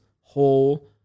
whole